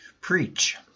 Preach